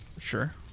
Sure